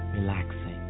relaxing